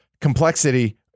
complexity